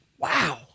Wow